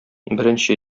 беренче